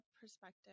perspective